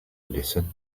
listen